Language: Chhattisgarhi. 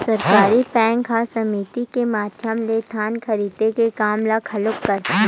सहकारी बेंक ह समिति के माधियम ले धान खरीदे के काम ल घलोक करथे